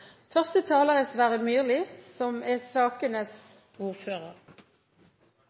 Første taler er Kjersti Toppe, som er sakens ordfører.